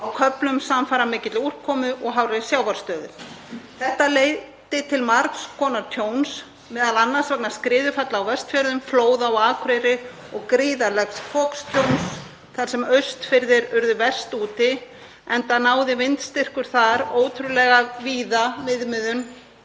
á köflum samfara mikilli úrkomu og hárri sjávarstöðu. Þetta leiddi til margs konar tjóns, m.a. vegna skriðufalla á Vestfjörðum, flóða á Akureyri og gríðarlegs foktjóns þar sem Austfirðir urðu verst úti enda náði vindstyrkur þar ótrúlega víða viðmiðum